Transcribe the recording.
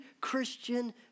christian